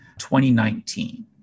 2019